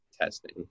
testing